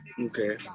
Okay